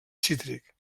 cítric